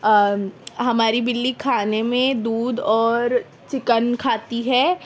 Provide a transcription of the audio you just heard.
اور ہماری بلّی کھانے میں دودھ اور چکن کھاتی ہے